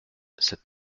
cette